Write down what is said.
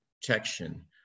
protection